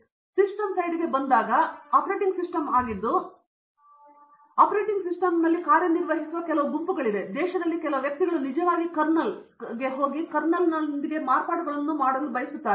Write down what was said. ಈಗ ನಾವು ಸಿಸ್ಟಮ್ ಸೈಡ್ಗೆ ಬಂದಾಗ ಇದು ಆಪರೇಟಿಂಗ್ ಸಿಸ್ಟಂ ಆಗಿದ್ದು ಆಪರೇಟಿಂಗ್ ಸಿಸ್ಟಮ್ನಲ್ಲಿ ಕಾರ್ಯನಿರ್ವಹಿಸುವ ಕೆಲವೇ ಗುಂಪುಗಳಿವೆ ದೇಶದಲ್ಲಿ ಕೆಲವು ವ್ಯಕ್ತಿಗಳು ನಿಜವಾಗಿ ಕರ್ನಲ್ಗೆ ಹೋಗಿ ಮತ್ತು ಕರ್ನಲ್ಗೆ ಮಾರ್ಪಾಡುಗಳೊಂದಿಗೆ ಹೊರಬರುತ್ತಾರೆ